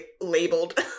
labeled